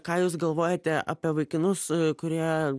ką jūs galvojate apie vaikinus kurie